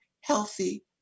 healthy